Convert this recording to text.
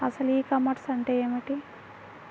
అసలు ఈ కామర్స్ అంటే ఏమిటి?